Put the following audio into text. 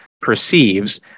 perceives